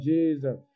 Jesus